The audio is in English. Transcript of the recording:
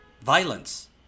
violence